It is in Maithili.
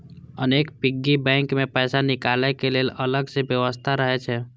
अनेक पिग्गी बैंक मे पैसा निकालै के लेल अलग सं व्यवस्था रहै छै